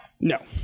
No